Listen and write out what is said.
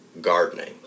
gardening